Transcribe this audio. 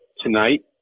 tonight